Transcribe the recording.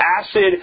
acid